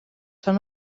són